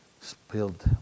spilled